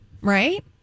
right